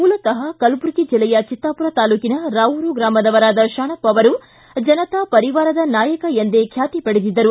ಮೂಲತಃ ಕಲಬುರಗಿ ಜಿಲ್ಲೆಯ ಚಿತ್ತಾಪುರ ತಾಲೂಕಿನ ರಾವೂರ ಗ್ರಾಮದರಾದ ಶಾಣಪ್ಪ ಅವರು ಜನತಾ ಪರಿವಾರದ ನಾಯಕ ಎಂದೇ ಖ್ಯಾತಿ ಪಡೆದಿದ್ದರು